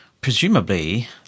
Presumably